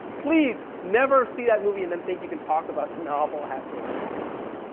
please, never see that movie and then think you can talk about the novel afterwards. you really can't.